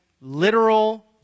literal